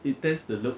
it tends the look